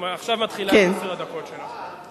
עכשיו מתחילות עשר הדקות שלך.